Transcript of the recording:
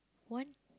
one